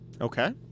Okay